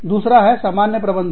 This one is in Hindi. दूसरा है सामान्य प्रबंधन